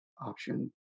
option